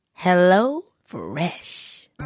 HelloFresh